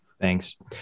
Thanks